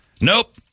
Nope